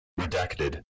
Redacted